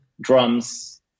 drums